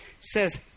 says